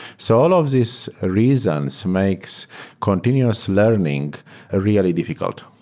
so all of these ah reasons makes continuous learning ah really difficult.